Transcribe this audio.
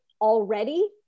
already